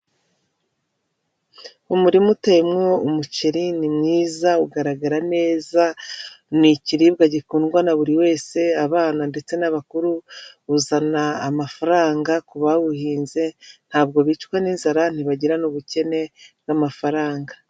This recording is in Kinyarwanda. Umurima uteyewo umuceri, ni mwiza, ugaragara neza, ni ikiribwa gikundwa na buri wese abana ndetse n'abakuru, buzana amafaranga ku bawuhinze, ntabwo bicwa n'inzara ntibagirana n'ubukene n'amafaranga.